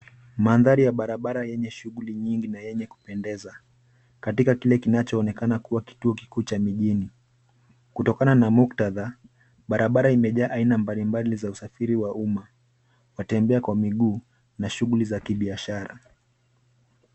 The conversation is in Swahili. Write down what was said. Mandhari ya barabara yenye shughuli nyingi na yenye kupendeza. Katika kile kinachoonekana kuwa kituo kikuu cha mijini. Kutokana na muktadha barabara imejaa aina mbalimbali za usafiri wa umma, watembea kwa miguu na shughuli za kibiashara.